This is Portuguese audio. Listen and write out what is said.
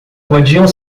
podiam